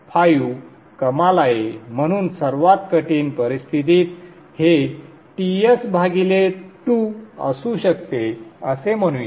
5 कमाल आहे म्हणून सर्वात कठीण परिस्थितीत हे Ts भागिले 2 असू शकते असे म्हणूया